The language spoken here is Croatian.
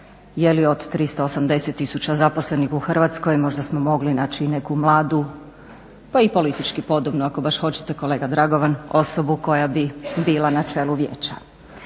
jeli od 380 tisuća zaposlenih u Hrvatskoj, možda smo mogli naći neku mladu pa i politički podobnu, ako baš hoćete kolega Dragovan, osobu koja bi bila na čelu vijeća.